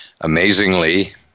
amazingly